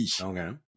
Okay